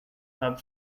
hub